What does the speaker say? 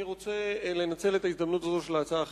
אני רוצה לנצל את ההזדמנות הזאת של הצעה אחרת,